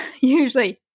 Usually